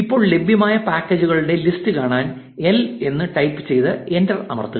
ഇപ്പോൾ ലഭ്യമായ പാക്കേജുകളുടെ ലിസ്റ്റ് കാണാൻ എൽ L എന്ന് ടൈപ്പ് ചെയ്ത് എന്റർ അമർത്തുക